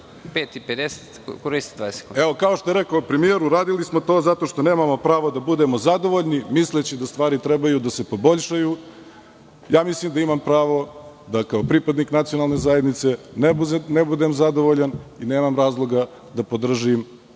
iskoristite 20 sekundi.)Kao što je rekao premijer, uradili smo to zato što nemamo pravo da budemo zadovoljni, misleći da stvari trebaju da se poboljšaju. Mislim da imam pravo, kao pripadnik nacionalne zajednice, ne budem zadovoljan i nemam razloga da podržim